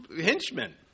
henchmen